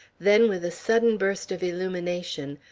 then with a sudden burst of illumination,